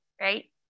right